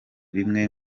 bimwe